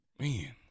Man